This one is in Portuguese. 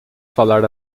falar